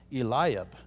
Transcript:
Eliab